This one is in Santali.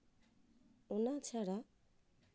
ᱚᱱᱟ ᱪᱷᱟᱲᱟ